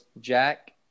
Jack